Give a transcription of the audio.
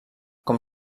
com